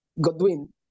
Godwin